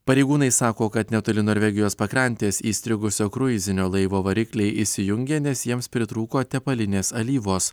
pareigūnai sako kad netoli norvegijos pakrantės įstrigusio kruizinio laivo varikliai įsijungė nes jiems pritrūko tepalinės alyvos